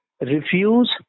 refuse